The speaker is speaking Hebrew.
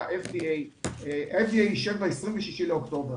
ה-FDA אישר ב-26 באוקטובר.